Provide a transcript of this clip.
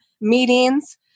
meetings